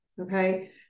okay